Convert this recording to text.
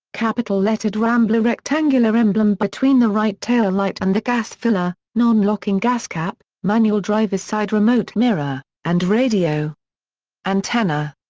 capital lettered rambler rectangular emblem between the right taillight and the gas filler, non-locking gas cap, manual driver's side remote mirror, and radio antenna.